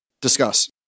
Discuss